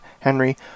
Henry